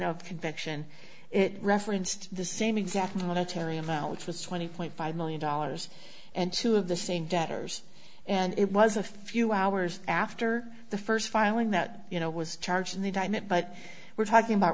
of conviction it referenced the same exact monetary amount which was twenty point five million dollars and two of the same debtors and it was a few hours after the first filing that you know was charged in the time it but we're talking about